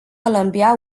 columbia